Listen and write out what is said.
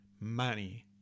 money